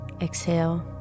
Exhale